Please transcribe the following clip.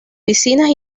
piscinas